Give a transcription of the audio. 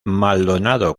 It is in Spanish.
maldonado